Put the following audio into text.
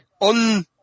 on